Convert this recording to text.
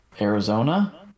Arizona